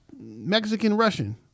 Mexican-Russian